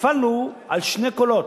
נפלנו על שני קולות.